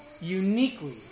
uniquely